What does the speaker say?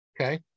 Okay